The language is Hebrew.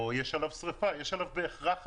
או יש עליו שריפה, יש עליו בהכרח אנשים,